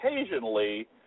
occasionally